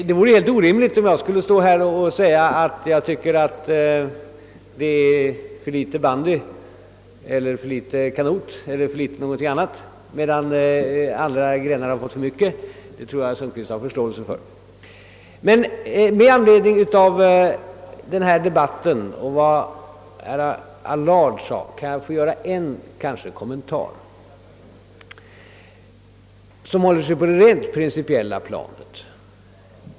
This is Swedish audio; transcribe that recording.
Det vore helt orimligt om jag skulle framföra som min åsikt att det sänds för litet bandy, för litet kanot eller för litet av någon annan idrottsgren, medan vissa grenar fått för mycket sändningstid. Herr Sundkvist förstår säkert det. Med anledning av denna debatt och vad herr Allard anfört vill jag emellertid göra en kommentar som håller sig på det rent principiella planet.